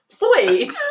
Wait